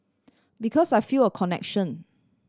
because I feel a connection